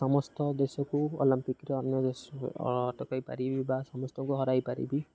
ସମସ୍ତ ଦେଶକୁ ଅଲମ୍ପିକ୍ରେ ଅନ୍ୟ ଦେଶକୁ ଅଟକାଇ ପାରିବି ବା ସମସ୍ତଙ୍କୁ ହରାଇପାରିବି